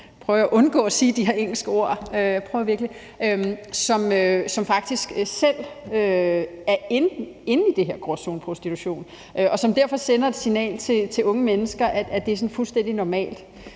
at undgå at sige de her engelske ord – som faktisk selv er inde i det her gråzoneprostitution, og som derfor sender et signal til unge mennesker om, at det her er fuldstændig normalt.